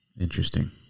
Interesting